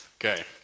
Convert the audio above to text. okay